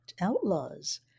outlaws